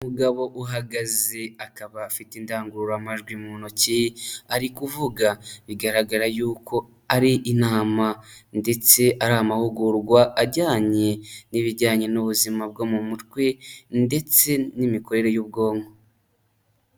Umugabo uhagaze akaba afite indangururamajwi mu ntoki ari kuvuga, bigaragara y'uko ari inama ndetse ari amahugurwa ajyanye n'ibijyanye n'ubuzima bwo mu mutwe ndetse n'imikorere y'ubwonko.